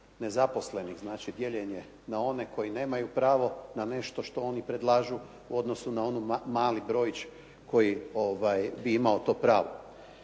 nezaposlenosti, znači dijeljenje na one koji nemaju pravo na nešto što oni predlažu u odnosu na mali brojić koji bi imao to pravo.